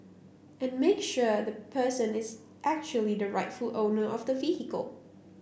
and make sure the person is actually the rightful owner of the vehicle